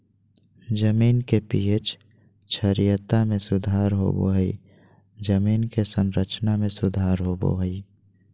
जमीन के पी.एच क्षारीयता में सुधार होबो हइ जमीन के संरचना में सुधार होबो हइ